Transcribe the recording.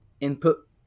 input